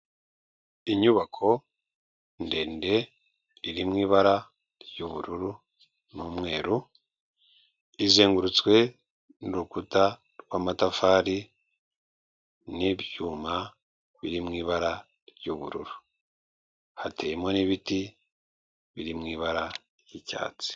Inyubako ndende iri mu ibara ry'ubururu n'umweru, izengurutswe n'urukuta rw'amatafari n'ibyuma biri mu ibara ry'ubururu, hateyemo n'ibiti biri mu ibara ry'icyatsi.